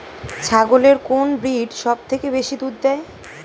ছাগলের কোন ব্রিড সবথেকে বেশি দুধ দেয়?